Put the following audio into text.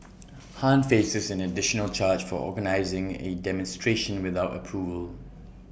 han faces an additional charge for organising A demonstration without approval